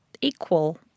equal